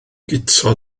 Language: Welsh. guto